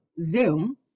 Zoom